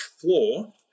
floor